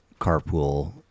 carpool